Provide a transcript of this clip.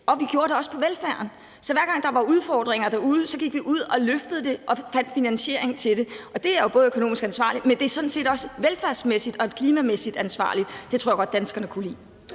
Og vi gjorde det også på velfærdsområdet. Så hver gang der var udfordringer derude, gik vi ud og løftede det og fandt finansiering til det, og det er jo både økonomisk ansvarligt, men det er sådan set også velfærdsmæssigt og klimamæssigt ansvarligt. Det tror jeg godt danskerne kunne lide.